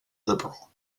liberal